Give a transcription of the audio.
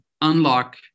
unlock